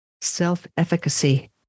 self-efficacy